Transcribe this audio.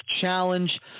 challenge